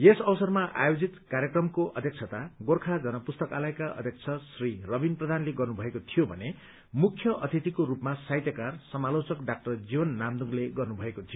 यस अवसरमा आयोजित कार्यक्रमको अध्यक्षता गोर्खा जनपुस्तकालयका अध्यक्ष श्री रविन प्रधानले गर्नुभएको थियो भने मुख्य अतिथिको सूपमा साहित्यकार समालोचक डा जीवन नामदुङले गर्नुभएको थियो